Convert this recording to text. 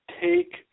take